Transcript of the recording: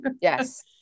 Yes